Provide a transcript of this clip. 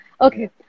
Okay